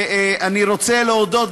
ואני רוצה להודות,